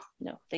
No